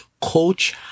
Coach